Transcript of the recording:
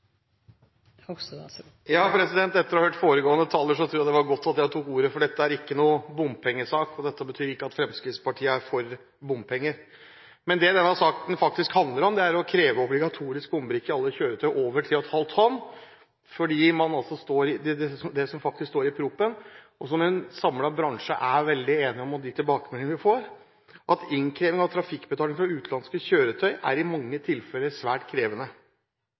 jeg det var godt at jeg tok ordet, for dette er ikke noen bompengesak, og dette betyr ikke at Fremskrittspartiet er for bompenger. Det denne saken faktisk handler om, er å kreve obligatorisk bombrikke i alle kjøretøy over 3,5 tonn. Det som faktisk står i proposisjonen – som en samlet bransje er veldig enige om – og de tilbakemeldingene vi får, er at innkreving av trafikkbetaling fra utenlandske kjøretøy i mange tilfeller er svært krevende.